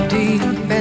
deep